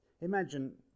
Imagine